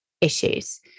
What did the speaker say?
issues